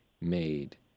made